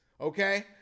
Okay